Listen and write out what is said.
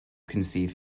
conceive